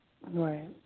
Right